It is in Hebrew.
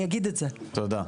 תודה.